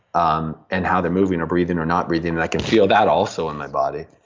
um and how they're moving, or breathing, or not breathing, and i can feel that, also, in my body.